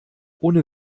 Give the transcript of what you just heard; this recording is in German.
ohne